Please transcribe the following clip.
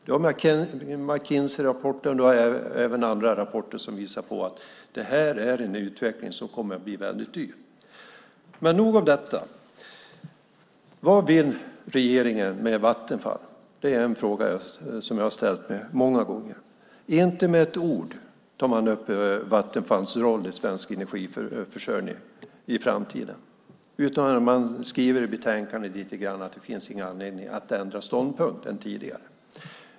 Vi har McKinseyrapporten och andra rapporter som visar att den här utvecklingen kommer att bli väldigt dyr. Nog om det. Vad vill regeringen med Vattenfall? Det är en fråga som jag har ställt mig många gånger. Inte med ett ord nämner man Vattenfalls roll i svensk energiförsörjning i framtiden. Man skriver i betänkandet att det inte finns någon anledning att ändra ståndpunkt.